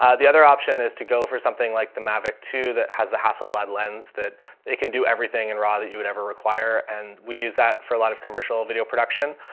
um the other option is to go for something like the mavic two that has the hasselblad lens, that it can do everything in raw that you would ever require. and we use that for a lot of commercial video production.